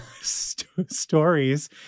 stories